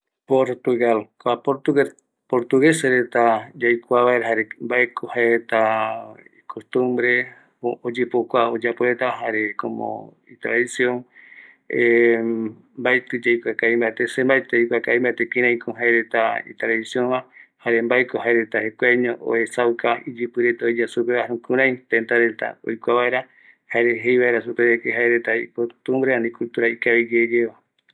Portugal pegua reta jae jeko jaeko ma jaereta imusika jae jokua icultura retano jarema jaereta jei jaeko fado jei supe reta jaema jaereta oime guɨnoi ma äpo ma jaereta iyemongueta iarete jaeko nostalgia jei supe reta jukurai jaereta jeko jaereta jukurai yogueru reta